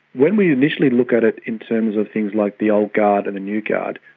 when we initially look at it in terms of things like the old guard and the new guard,